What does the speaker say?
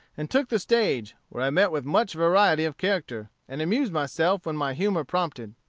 and took the stage, where i met with much variety of character, and amused myself when my humor prompted.